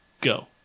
Go